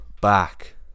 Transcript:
back